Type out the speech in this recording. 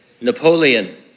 Napoleon